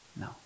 No